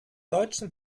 deutschen